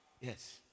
Yes